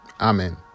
Amen